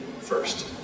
first